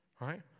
right